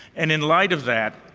and in light of that,